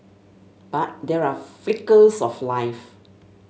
but there are flickers of life